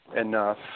enough